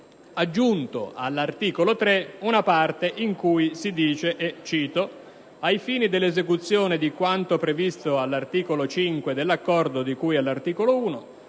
aggiunto l'articolo 3 in cui si prevede che: «Ai fini dell'esecuzione di quanto previsto dall'articolo 5 dell'Accordo di cui all'articolo 1,